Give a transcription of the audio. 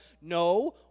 No